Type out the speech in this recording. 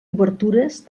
obertures